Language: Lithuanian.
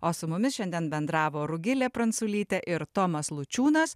o su mumis šiandien bendravo rugilė pranculytė ir tomas lučiūnas